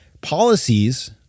policies